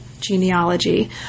genealogy